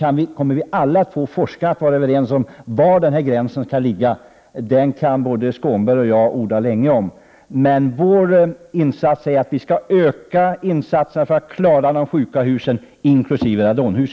Vi kommer aldrig att få forskare att bli överens om var gränsvärdet skall ligga. Det kan både Krister Skånberg och jag orda länge om. Vår inställning är att vi skall öka insatserna för att klara av problem med sjuka hus inkl. radonhus.